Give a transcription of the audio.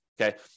Okay